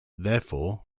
therefore